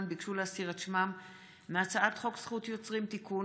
ביקשו להסיר את שמם מהצעת חוק זכות יוצרים (תיקון,